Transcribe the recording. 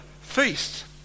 feast